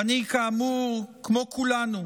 ואני, כאמור, כמו כולנו,